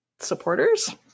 Supporters